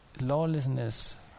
lawlessness